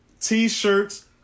t-shirts